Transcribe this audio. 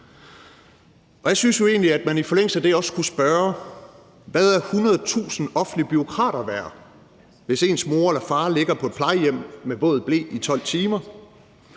Jeg synes jo egentlig, at man i forlængelse af det også skulle spørge: Hvad er 100.000 offentlige bureaukrater værd, hvis ens mor eller far ligger på et plejehjem med våd ble i 12 timer?